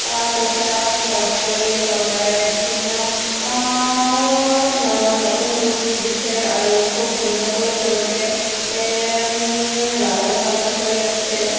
পইচা খৰচ কৰি চৰকাৰে বিভিন্ন নতুন ৰূপ দিছে আৰু খুব সুন্দৰকৈ তেওঁলোকে লালন পালন কৰি ৰাখিছে